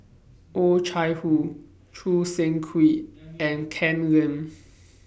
Oh Chai Hoo Choo Seng Quee and Ken Lim